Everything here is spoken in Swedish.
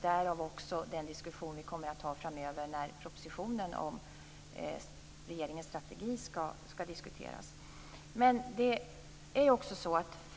Därav också den diskussion som vi kommer att ha framöver när propositionen om regeringens strategi skall diskuteras.